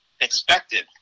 expected